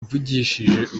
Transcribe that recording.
mvugishije